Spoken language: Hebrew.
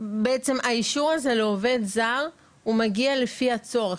האישור הזה לעובד זר הוא מגיע לפי הצורך,